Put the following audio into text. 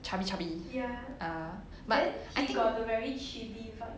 chubby chubby ah but I think